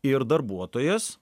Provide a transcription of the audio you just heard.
ir darbuotojas